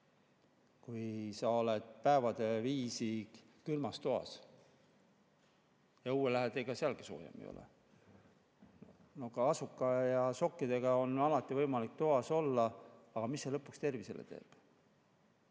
Sa oled päevade viisi külmas toas ja kui õue lähed, siis ega sealgi soojem ei ole. Kasuka ja sokkidega on võimalik toas olla, aga mida see lõpuks tervisele teeb?